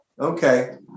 okay